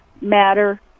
matter